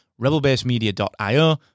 rebelbasemedia.io